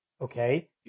okay